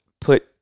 put